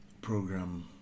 program